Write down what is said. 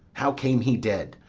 how came he dead?